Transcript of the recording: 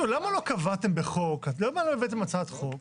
למה לא קבעתם הצעת חוק